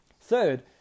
Third